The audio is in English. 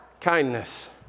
Kindness